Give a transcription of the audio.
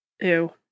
Ew